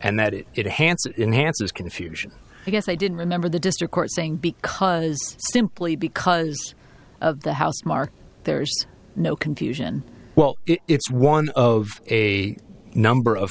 and that it is a handsome enhancers confusion i guess i didn't remember the district court saying because simply because of the house mark there's no confusion well it's one of a number of